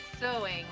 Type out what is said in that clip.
sewing